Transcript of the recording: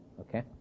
Okay